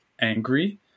angry